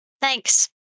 Thanks